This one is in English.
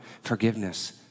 forgiveness